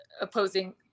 opposing